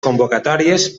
convocatòries